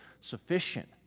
sufficient